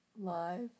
Live